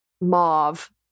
Mauve